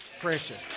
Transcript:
Precious